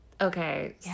Okay